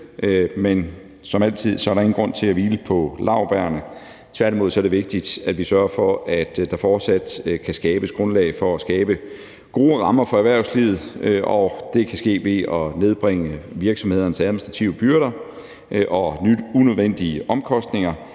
men som altid er der ingen grund til at hvile på laurbærrene. Tværtimod er det vigtigt, at vi sørger for, at der fortsat kan skabes grundlag for at skabe gode rammer for erhvervslivet, og det kan ske ved at nedbringe virksomhedernes administrative byrder og unødvendige omkostninger